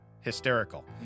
hysterical